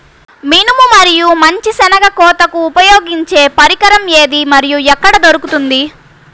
మినుము మరియు మంచి శెనగ కోతకు ఉపయోగించే పరికరం ఏది మరియు ఎక్కడ దొరుకుతుంది?